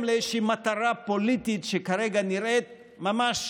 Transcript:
לאיזושהי מטרה פוליטית שכרגע נראית ממש